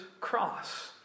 cross